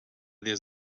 des